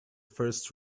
first